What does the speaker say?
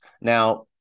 Now